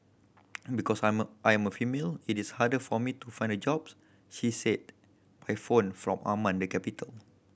because I'm a I am a female it is harder for me to find jobs she said by phone from Amman the capital